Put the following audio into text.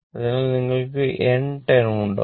അതിനാൽ നിങ്ങൾക്ക് n turn ഉണ്ടാവും